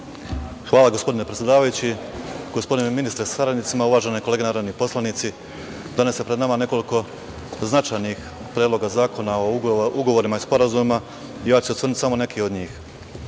Hvala gospodine predsedavajući, gospodine ministre sa saradnicima, uvaženi narodni poslanici. Danas je pred nama nekoliko značajnih predloga zakona o ugovorima i sporazumima. Ja ću se osvrnuti samo na neke